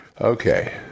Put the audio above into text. ...okay